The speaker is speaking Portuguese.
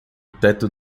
teto